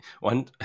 One